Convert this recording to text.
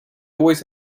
always